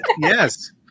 Yes